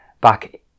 back